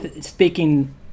Speaking